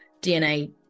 DNA